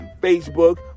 Facebook